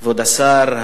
כבוד השר,